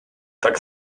tak